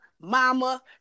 mama